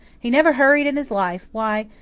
he never hurried in his life. why,